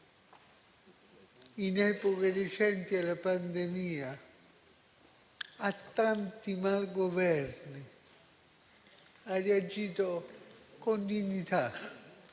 in epoche recenti, alla pandemia e a tanti malgoverni. Ha reagito con dignità,